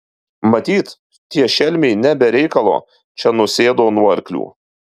matyt tie šelmiai ne be reikalo čia nusėdo nuo arklių